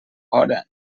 hora